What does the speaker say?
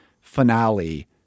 finale